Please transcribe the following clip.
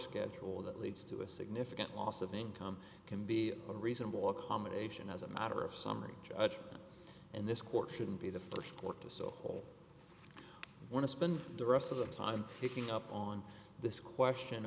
schedule that leads to a significant loss of income can be a reasonable accommodation as a matter of summary judgment and this court shouldn't be the st court to so all want to spend the rest of the time picking up on this question